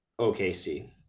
OKC